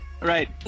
right